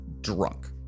Drunk